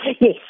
Yes